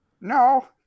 No